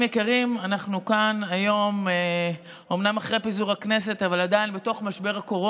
העברנו את זה כאן ממש אחרי פיזור הכנסת, גם בקריאה